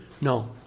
No